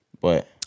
but-